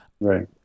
Right